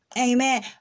Amen